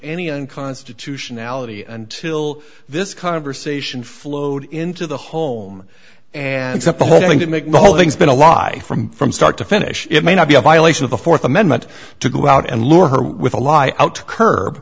any unconstitutionality and till this conversation flowed into the home and set the whole thing to make the whole thing's been a lie from from start to finish it may not be a violation of the fourth amendment to go out and lure her with a lie out to curb